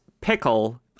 pickle